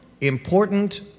important